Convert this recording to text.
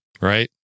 right